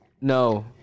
No